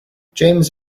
james